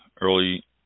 early